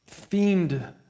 themed